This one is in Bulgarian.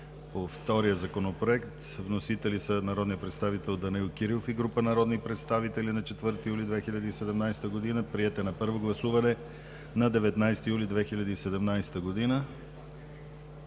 По втория Законопроект вносители са народният представител Данаил Кирилов и група народни представители на 4 юли 2017 г. Приет е на първо гласуване на 19 юли 2017 г.